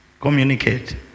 Communicate